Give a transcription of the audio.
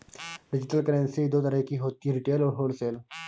digital currency दो तरह की होती है रिटेल और होलसेल